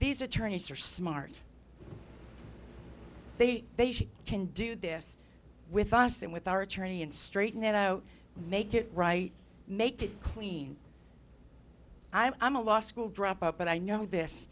these attorneys are smart they can do this with us and with our attorney and straighten it out make it right make it clean i'm a law school dropout but i know this